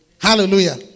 Hallelujah